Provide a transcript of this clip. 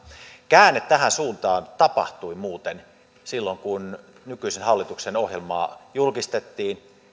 käänne tähän suuntaan tapahtui muuten silloin kun nykyisen hallituksen ohjelma julkistettiin